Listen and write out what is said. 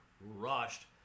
rushed